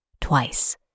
twice